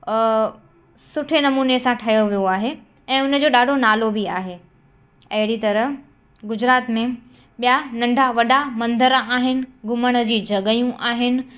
सुठे नमूने सां ठहियो वियो आहे ऐं उन जो ॾाढो नालो बि आहे अहिड़ी तरह गुजरात में ॿिया नंढा वॾा मंदर आहिनि घुमण जी जॻहियूं आहिनि